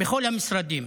בכל המשרדים.